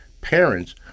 parents